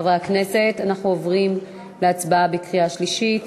חברי הכנסת, אנחנו עוברים להצבעה בקריאה שלישית.